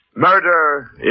Murder